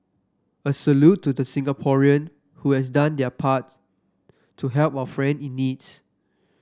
a salute to Singaporean who has done their part to help our friend in needs